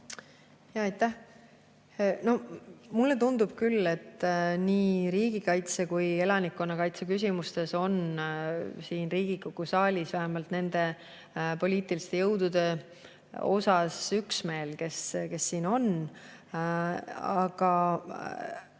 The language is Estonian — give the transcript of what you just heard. Aitäh! No mulle tundub küll, et nii riigikaitse kui ka elanikkonnakaitse küsimustes on siin Riigikogu saalis üksmeel, vähemalt nende poliitiliste jõudude seas, kes siin on. Me